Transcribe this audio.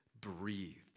breathed